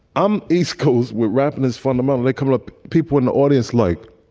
i'm east coast. we're rapping is fundamentally cruel up. people in the audience like,